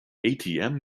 atm